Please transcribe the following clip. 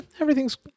Everything's